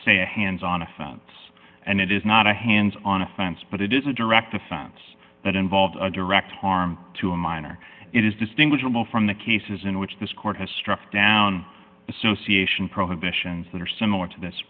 say a hands on offense and it is not a hands on offense but it is a direct offense that involved a direct harm to a minor it is distinguishable from the cases in which this court has struck down association prohibitions that are similar to this